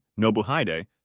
Nobuhide